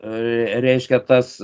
reiškia tas